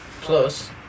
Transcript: Plus